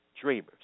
dreamers